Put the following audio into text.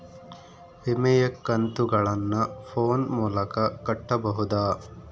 ವಿಮೆಯ ಕಂತುಗಳನ್ನ ಫೋನ್ ಮೂಲಕ ಕಟ್ಟಬಹುದಾ?